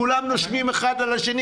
כולם נושמים אחד על השני,